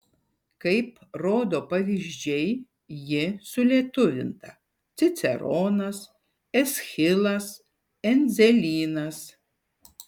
kaip rodo pavyzdžiai ji sulietuvinta ciceronas eschilas endzelynas